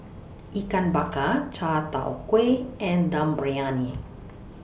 Ikan Bakar Chai Tow Kway and Dum Briyani